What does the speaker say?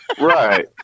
Right